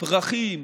פרחים,